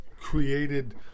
created